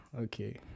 okay